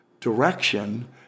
direction